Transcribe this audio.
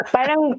Parang